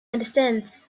understands